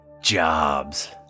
jobs